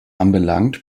anbelangt